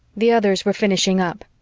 the others were finishing up.